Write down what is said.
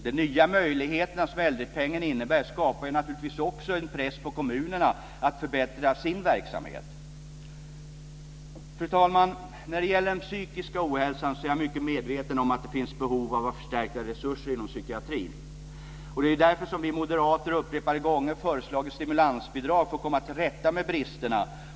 De nya möjligheter som äldrepengen innebär skapar naturligtvis också en press på kommunerna att förbättra sin verksamhet. Fru talman! När det gäller den psykiska ohälsan är jag mycket medveten om att det finns behov av förstärkta resurser inom psykiatrin. Det är därför som vi moderater upprepade gånger har föreslagit stimulansbidrag för att komma till rätta med bristerna.